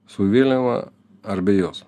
su vėliava ar be jos